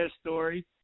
story